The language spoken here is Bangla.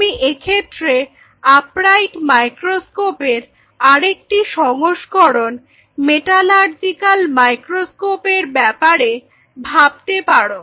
তুমি এক্ষেত্রে আপ রাইট মাইক্রোস্কোপের আরেকটি সংস্করণ মেটালার্জিক্যাল মাইক্রোস্কোপের ব্যাপারে ভাবতে পারো